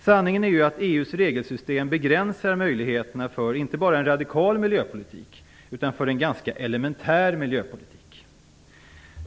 Sanningen är ju att EU:s regelsystem begränsar möjligheterna för inte bara en radikal miljöpolitik utan också en ganska elementär miljöpolitik.